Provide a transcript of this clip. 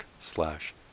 slash